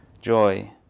Joy